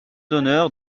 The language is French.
d’honneur